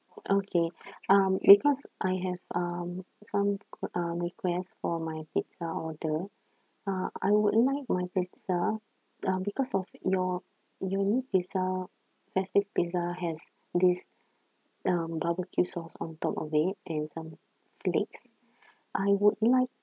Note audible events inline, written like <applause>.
okay <breath> um because I have um some uh request for my pizza order uh I would like my pizza uh because of your your new pizza festive pizza has this um barbecue sauce on top of it and some flakes I would like